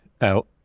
out